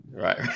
Right